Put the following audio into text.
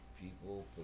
People